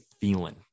feeling